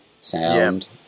sound